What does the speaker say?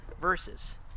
verses